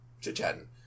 chit-chatting